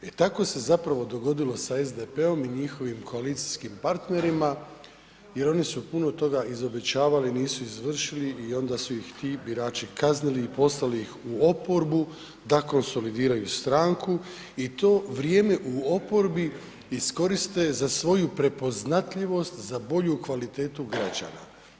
E tako se zapravo dogodilo sa SDP-om i njihovim koalicijskim partnerima jer oni su puno toga izobećavali, nisu izvršili i onda su ih ti birači kaznili i poslali ih u oporbu da konsolidiraju stranku i to vrijeme u oporbi iskoriste za svoju prepoznatljivost za bolju kvalitetu građana.